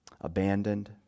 Abandoned